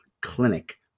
clinic